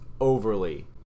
overly